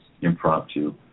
impromptu